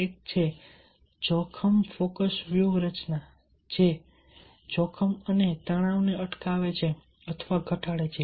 એક છે જોખમ ફોકસ વ્યૂહરચના જે જોખમ અને તણાવને અટકાવે છે અથવા ઘટાડે છે